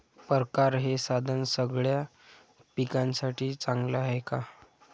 परकारं हे साधन सगळ्या पिकासाठी चांगलं हाये का?